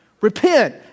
Repent